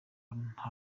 nta